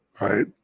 Right